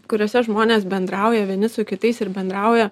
kuriose žmonės bendrauja vieni su kitais ir bendrauja